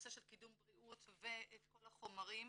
בנושא קידום בריאות ואת כל החומרים,